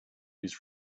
used